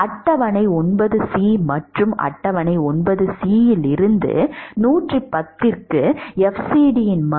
அட்டவணை 9C மற்றும் அட்டவணை 9C இல் 110 க்கு fcd மதிப்பு 94